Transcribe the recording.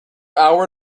hour